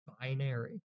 binary